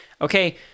Okay